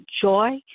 joy